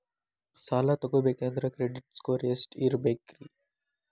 ಸಾಲ ತಗೋಬೇಕಂದ್ರ credit score ಎಷ್ಟ ಇರಬೇಕ್ರಿ?